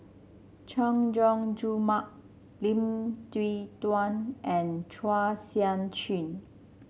Chay Jung Jun Mark Lim Yew Kuan and Chua Sian Chin